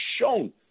shown